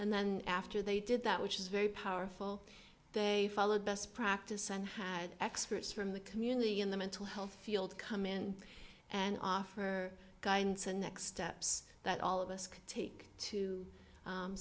and then after they did that which is very powerful they followed best practice and had experts from the community in the mental health field come in and offer guidance and next steps that all of us could take to